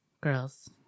Girls